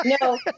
No